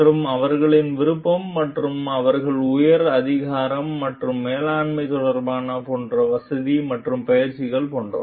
மற்றும் அவர்களின் விருப்பங்கள் மற்றும் அவர்கள் உயர் அதிகாரம் அல்லது மேலாண்மை தொடர்பான போன்ற வசதி மற்றும் பயிற்சிகள் போன்றவை